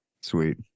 sweet